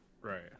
Right